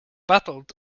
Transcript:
battled